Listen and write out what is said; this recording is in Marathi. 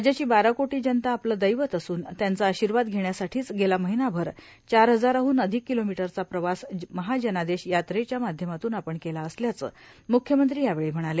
राज्याची बारा कोटी जवता आपलं दैवत असून त्यांचा आशिर्वाद घेण्यासाठीच गेला महिनाभर चार हजाराहून अधिक किलोमीटरचा प्रवास महाजवादेश यात्रेच्या माध्यमातून आपण केला असल्याचं मुख्यमंत्री यावेळी म्हणाले